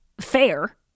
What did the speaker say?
fair